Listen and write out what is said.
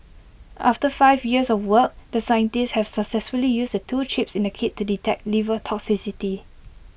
after five years of work the scientists have successfully used the two chips in the kit to detect liver toxicity